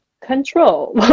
control